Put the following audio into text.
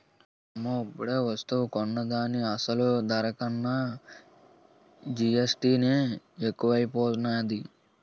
ఓలమ్మో ఇప్పుడేవస్తువు కొన్నా దాని అసలు ధర కన్నా జీఎస్టీ నే ఎక్కువైపోనాది